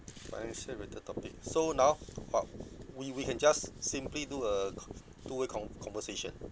financial-related topic so now what we we can just simply do a two way con~ conversation